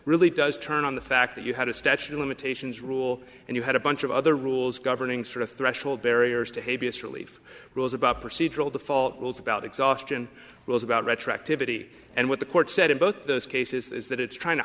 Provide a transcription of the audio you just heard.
really does turn on the fact that you had a statute of limitations rule and you had a bunch of other rules governing sort of threshold barriers to hay vs relief rules about procedural default was about exhaustion was about retroactivity and what the court said in both those cases is that it's trying to